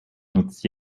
nutzt